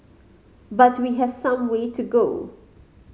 but we have some way to go